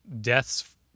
deaths